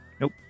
Nope